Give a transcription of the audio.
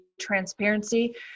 transparency